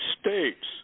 States